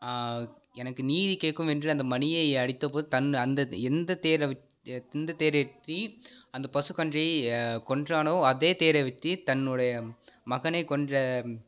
எனக்கு நீதி கேட்கும் என்று அந்த மணியை அடித்த போது தன் அந்த எந்த தேரை விட் எந்த தேரை ஏற்றி அந்த பசு கன்றை கொன்றானோ அதே தேரை வைத்து தன்னுடைய மகனைக் கொன்ற